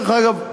דרך אגב.